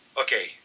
okay